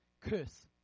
curse